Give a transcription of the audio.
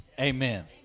Amen